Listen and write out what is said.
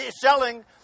selling